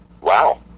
Wow